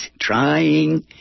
trying